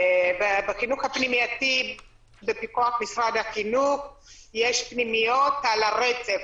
בחינוך הפנימייתי בפיקוח משרד החינוך יש פנימיות על הרצף,